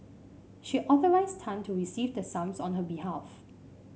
she authorised Tan to receive the sums on her behalf